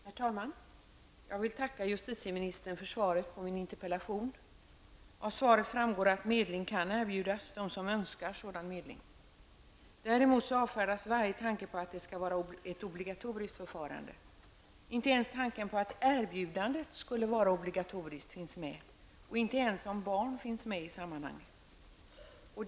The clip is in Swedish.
Herr talman! Jag vill tacka justitieministern för svaret på min interpellation. Av svaret framgår att medling kan erbjudas dem som önskar sådan medling. Däremot avfärdas varje tanke på att det skall vara ett obligatoriskt förfarande. Inte ens tanken på att erbjudandet skulle vara obligatoriskt finns med, inte ens om barn finns med i sammanhanget.